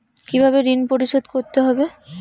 কিভাবে ঋণ পরিশোধ করতে হবে?